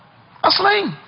a sling!